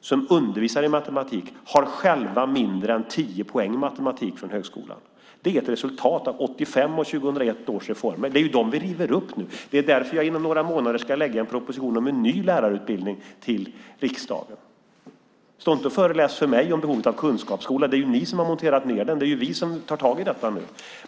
som undervisar i matematik har mindre än tio poäng i matematik från högskolan. Det är ett resultat av 1985 och 2001 års reformer. Det är dem vi river upp nu. Det är därför som jag inom några månader ska lägga fram en proposition om en ny lärarutbildning till riksdagen. Stå inte och föreläs för mig om behovet av kunskapsskola! Det är ni som har monterat ned den. Det är ju vi som tar tag i detta nu.